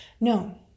No